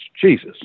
Jesus